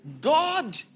God